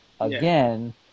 again